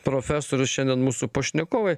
profesorius šiandien mūsų pašnekovai